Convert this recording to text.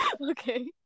Okay